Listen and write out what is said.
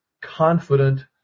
confident